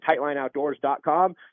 tightlineoutdoors.com